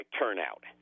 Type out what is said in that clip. turnout